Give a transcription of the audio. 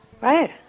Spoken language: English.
Right